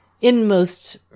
inmost